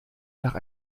nach